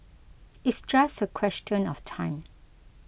it's just a question of time